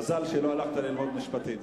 מזל שלא הלכת ללמוד משפטים.